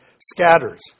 scatters